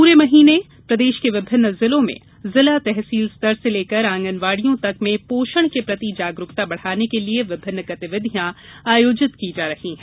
पूरे माह के दौरान मध्यप्रदेश के विभिन्न जिलों में जिला तहसील स्तर से लेकर आंगनवाड़ियों तक में पोषण के प्रति जागरूकता बढ़ाने के लिये विभिन्न गतिविधियां आयोजित की जा रही हैं